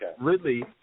Ridley